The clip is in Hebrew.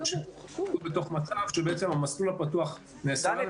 הם בתוך מצב שבעצם המסלול הפתוח נאסר עליהם --- דני,